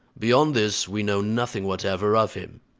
beyond this we know nothing whatever of him.